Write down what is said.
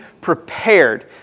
prepared